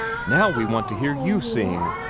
now we want to hear you sing!